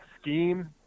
scheme